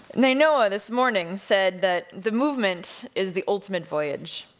nainoa, this morning, said that the movement is the ultimate voyage.